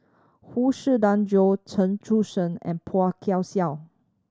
Huang Shiqi Joan Chen Sucheng and Phua Kin Siang